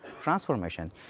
transformation